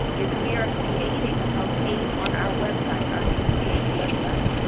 is we are creating a page on our website, our dph website,